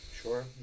Sure